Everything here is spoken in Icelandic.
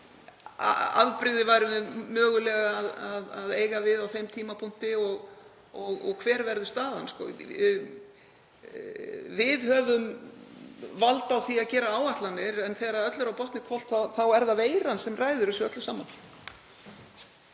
við værum mögulega að eiga við á þeim tímapunkti og hver staðan verður. Við höfum vald á því að gera áætlanir en þegar öllu er á botninn hvolft er það veiran sem ræður þessu öllu saman.